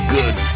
Good